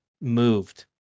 moved